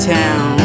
town